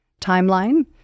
timeline